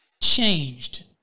changed